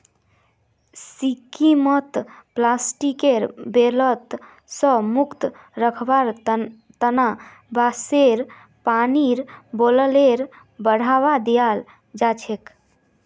सिक्किमत प्लास्टिकेर बोतल स मुक्त रखवार तना बांसेर पानीर बोतलेर बढ़ावा दियाल जाछेक